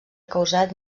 causat